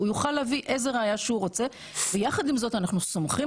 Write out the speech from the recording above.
הוא יוכל להביא איזו ראיה שהוא רוצה ויחד עם זאת אנחנו סומכים